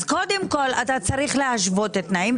אז קודם כל אתה צריך להשוות את התנאים.